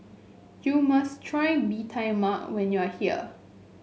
you must try Bee Tai Mak when you are here